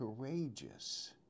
courageous